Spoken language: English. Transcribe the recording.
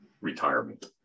retirement